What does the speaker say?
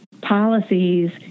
policies